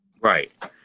Right